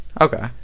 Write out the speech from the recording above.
okay